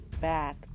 back